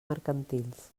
mercantils